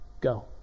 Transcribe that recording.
Go